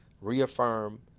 reaffirm